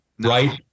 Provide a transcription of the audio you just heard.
right